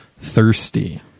thirsty